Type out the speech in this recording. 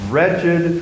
Wretched